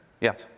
yes